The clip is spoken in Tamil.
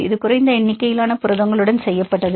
இது குறைந்த எண்ணிக்கையிலான புரதங்களுடன் செய்யப்பட்டது